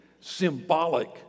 symbolic